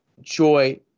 joy